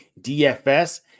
DFS